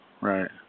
right